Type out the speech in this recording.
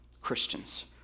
Christians